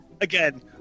again